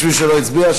יש מישהו שלא הצביע?